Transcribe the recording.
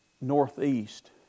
northeast